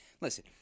Listen